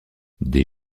des